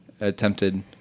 attempted